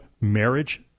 marriage